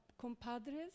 compadres